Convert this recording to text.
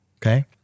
Okay